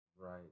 Right